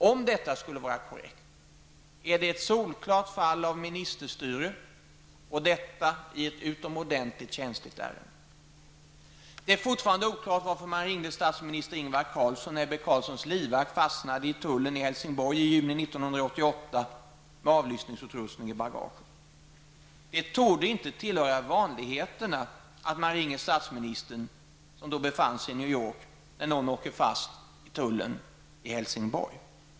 Om detta skulle vara korrekt, är det ett solklart fall av ministerstyre, och detta i ett utomordentligt känsligt ärende. Det är fortfarande oklart varför man ringde statsminister Ingvar Carlsson när Ebbe Carlssons livvakt fastnade i tullen i Helsingborg i juni 1988 med avlyssningsutrustning i bagaget. Det torde inte tillhöra vanligheterna att man ringer statsministern -- som då befann sig i New York -- när någon åker fast i tullen i Helsingborg.